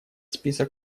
список